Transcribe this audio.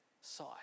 sight